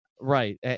Right